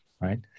right